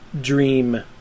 dream